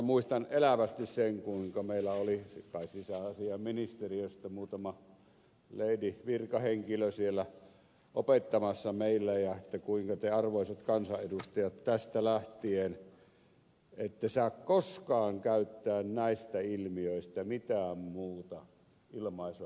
muistan elävästi sen kuinka meillä oli sisäasiainministeriöstä muutama leidi virkahenkilö siellä opettamassa meille kuinka te arvoisat kansanedustajat tästä lähtien ette saa koskaan käyttää näistä ilmiöistä mitään muuta ilmaisua kuin kotouttaminen